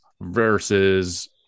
Versus